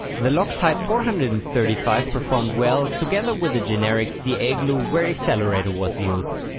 the loctite four hundred and thirty five performed well together with the generic ca glue where accelerator was used.